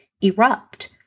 erupt